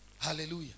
Hallelujah